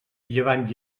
llevant